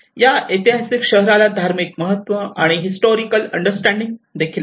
या ऐतिहासिक शहराला धार्मिक महत्त्व आणि हिस्टॉरिकल अंडरस्टॅंडिंग देखील आहे